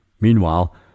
Meanwhile